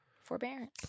forbearance